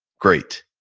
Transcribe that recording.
great.